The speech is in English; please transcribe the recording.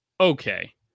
okay